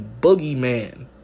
boogeyman